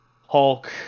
Hulk